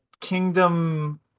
Kingdom